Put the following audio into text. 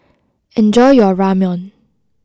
enjoy your Ramen